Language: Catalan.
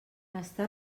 està